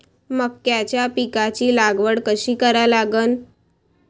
मक्याच्या पिकाची लागवड कशी करा लागन?